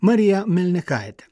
marija melnikaitė